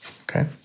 Okay